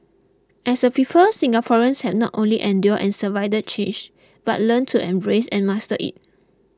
as a people Singaporeans have not only endured and survived change but learned to embrace and master it